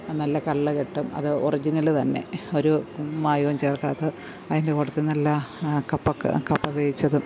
നല്ല കള്ള് കിട്ടും അത് ഒറിജിനല് തന്നെ ഒരു മായവും ചേർക്കാത്ത അതിൻ്റെ കൂട്ടത്തില് നല്ല കപ്പക കപ്പ വേവിച്ചതും